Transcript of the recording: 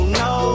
no